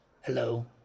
Hello